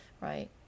right